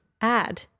add